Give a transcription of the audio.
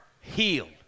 healed